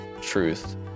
truth